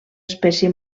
espècie